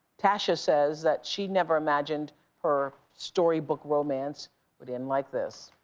tascha says that she never imagined her storybook romance would end like this.